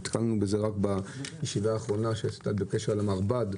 נתקלנו בזה גם בישיבה האחרונה שערכת בקשר למרב"ד,